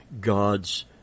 God's